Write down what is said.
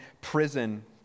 prison